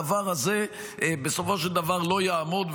הדבר הזה בסופו של דבר לא יעמוד,